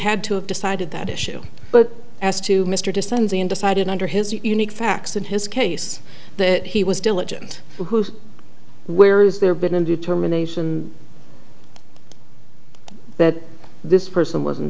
had to have decided that issue but as to mr descends and decided under his unique facts in his case that he was diligent who where is there been a determination that this person wasn't